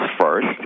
first